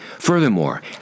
Furthermore